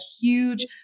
huge